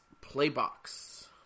Playbox